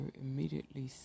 immediately